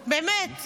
באמת,